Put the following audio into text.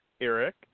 Eric